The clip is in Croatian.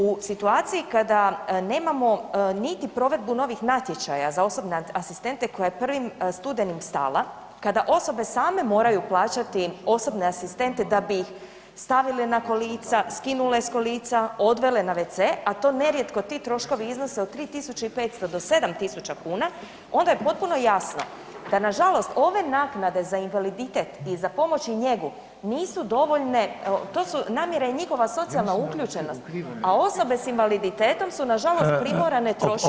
U situaciji kada nemamo niti provedbu novih natječaja za osobne asistente koja je 1. studenim stala, kada osobe same moraju plaćati osobne asistente da bi ih stavili na kolica, skinule s kolica, odvele na wc, a to nerijetko, ti troškovi iznose od 3.500 do 7.000 kuna, onda je potpuno jasno da nažalost ove naknade za invaliditet i za pomoć i njegu nisu dovoljne, to su, namjera je njihova socijalna uključenost, a osobe s invaliditetom su nažalost primorane trošiti…